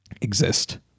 exist